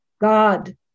God